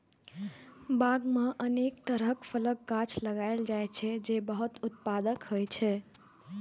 बाग मे अनेक तरहक फलक गाछ लगाएल जाइ छै, जे बहुत उत्पादक होइ छै